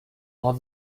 are